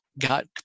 got